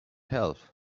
health